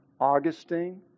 Augustine